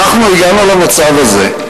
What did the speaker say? אנחנו הגענו למצב הזה,